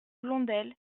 blondel